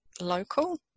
local